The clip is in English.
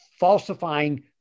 falsifying